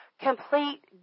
complete